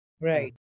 Right